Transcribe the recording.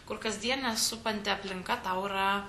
kur kasdienė supanti aplinka tau yra